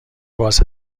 باز